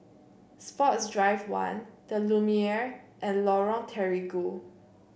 Sports Drive One the Lumiere and Lorong Terigu